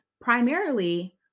primarily